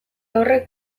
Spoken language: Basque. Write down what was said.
horrek